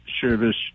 service